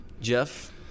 Jeff